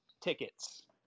tickets